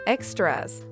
Extras